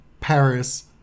Paris